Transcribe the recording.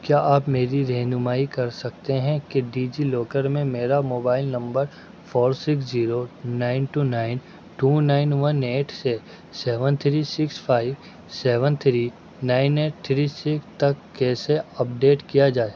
کیا آپ میری رہنمائی کر سکتے ہیں کہ ڈیجی لاکر میں میرا mobile number four six zero nine two nine two nine one eight سے seven three six five seven three nine eight three six تک کیسے اپڈیٹ کیا جائے